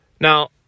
Now